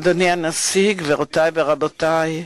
אדוני הנשיא, גבירותי ורבותי,